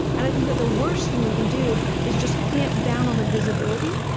and i think that the worst thing we can do is just clamp down on the visibility,